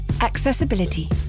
Accessibility